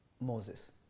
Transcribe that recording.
Moses